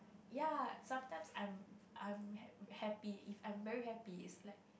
ya sometimes I'm I'm ha~ happy if I'm very happy it's like